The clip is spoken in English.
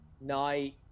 night